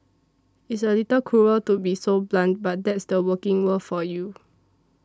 it's a little cruel to be so blunt but that's the working world for you